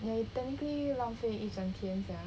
ya you technically 浪费一整天 sia